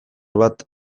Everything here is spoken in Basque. bat